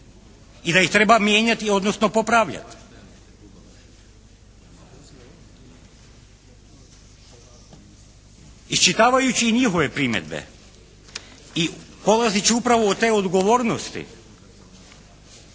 i da ih treba mijenjati, odnosno popravljati. Iščitavajući i njihove primjedbe i polazeći upravo od te odgovornosti,